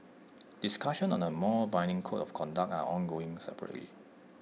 discussions on A more binding code of conduct are ongoing separately